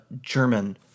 German